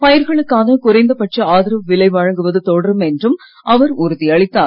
பயிர்களுக்கான குறைந்தபட்ச ஆதரவு விலை வழங்குவது தொடரும் என்றும் அவர் உறுதியளித்தார்